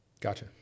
Gotcha